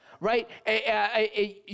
Right